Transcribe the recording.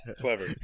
Clever